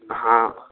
हाँ